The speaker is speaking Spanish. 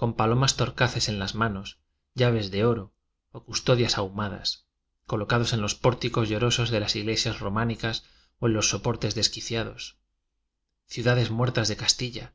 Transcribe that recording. con palo mas torcaces en las manos llaves de oro o custodias ahumadas colocados en los pór ticos llorosos de las iglesias románicas o en los soportales desquiciados ciuda des muertas de castilla